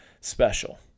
special